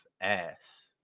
ass